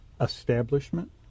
establishment